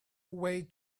way